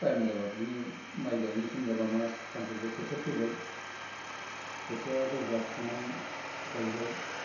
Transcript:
time जाब्ला बिदिनो माइ गायनाय सम जाब्ला मा धाम धुम खोथिया फोबाय खोथिया जौब्ला फुनानै गायबाय